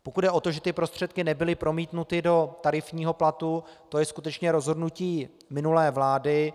Pokud jde o to, že ty prostředky nebyly promítnuty do tarifního platu, to je skutečně rozhodnutí minulé vlády.